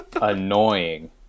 Annoying